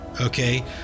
Okay